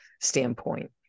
standpoint